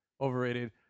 overrated